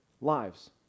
lives